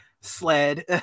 sled